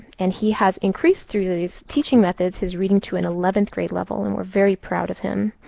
and he has increased, through these teaching methods, his reading to an eleventh grade level. and we're very proud of him.